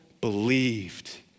believed